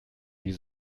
die